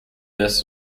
best